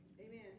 Amen